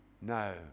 No